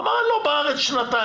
אמר: אני לא בארץ שנתיים,